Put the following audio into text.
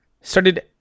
started